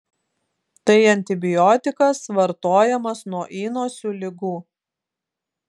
tai antibiotikas vartojamas nuo įnosių ligų